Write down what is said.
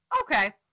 okay